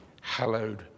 Hallowed